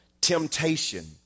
temptation